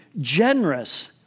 generous